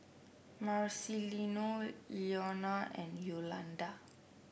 Marcelino Ilona and Yolanda